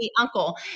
uncle